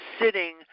sitting